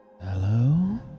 Hello